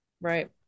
Right